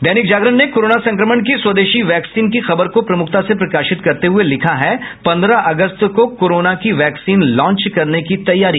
दैनिक जागरण ने कोरोना संक्रमण की स्वदेशी वैक्सिन की खबर को प्रमुखता से प्रकाशित करते हुये लिखा है पंद्रह अगस्त को कोरोना की वैक्सिन लॉच करने की तैयारी